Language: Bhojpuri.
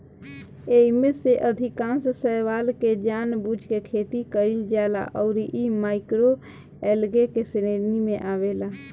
एईमे से अधिकांश शैवाल के जानबूझ के खेती कईल जाला अउरी इ माइक्रोएल्गे के श्रेणी में आवेला